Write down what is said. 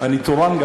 אני גם תורן.